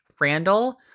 Randall